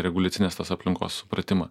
reguliacinės tos aplinkos supratimą